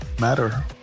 matter